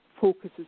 focuses